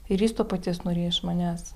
ir jis to paties norėjo iš manęs